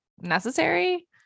necessary